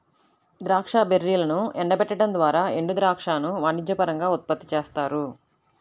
ద్రాక్ష బెర్రీలను ఎండబెట్టడం ద్వారా ఎండుద్రాక్షను వాణిజ్యపరంగా ఉత్పత్తి చేస్తారు